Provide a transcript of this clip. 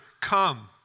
come